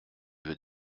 veut